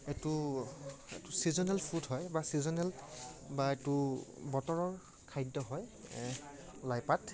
এইটো এইটো seasonal food হয় বা ছিজনেল বা এইটো বতৰৰ খাদ্য হয় লাই পাত